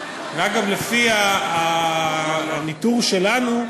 ואגב, לפי הניטור שלנו,